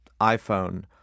iPhone